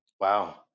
Wow